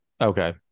Okay